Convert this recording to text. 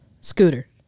scooter